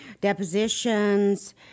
Depositions